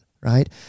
Right